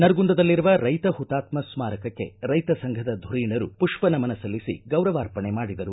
ನರಗುಂದದಲ್ಲಿರುವ ರೈತ ಹುತಾತ್ಮ ಸ್ಥಾರಕಕ್ಕೆ ರೈತ ಸಂಘದ ಧುರೀಣರು ಪುಷ್ವ ನಮನ ಸಲ್ಲಿಸಿ ಗೌರವಾರ್ಪಣೆ ಮಾಡಿದರು